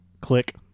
click